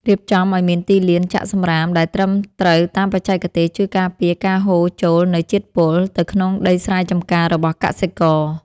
រៀបចំឱ្យមានទីលានចាក់សំរាមដែលត្រឹមត្រូវតាមបច្ចេកទេសជួយការពារការហូរចូលនូវជាតិពុលទៅក្នុងដីស្រែចម្ការរបស់កសិករ។